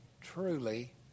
truly